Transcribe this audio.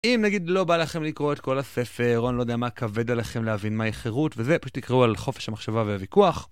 אם נגיד לא בא לכם לקרוא את כל הספר, או אני לא יודע מה כבד עליכם להבין מהי חירות וזה, פשוט תקראו על חופש המחשבה והוויכוח.